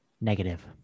Negative